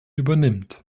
übernimmt